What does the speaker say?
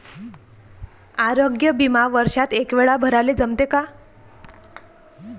आरोग्य बिमा वर्षात एकवेळा भराले जमते का?